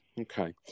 Okay